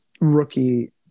rookie